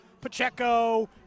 Pacheco